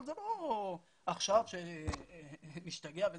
אבל זה לא עכשיו שנשתגע וזה,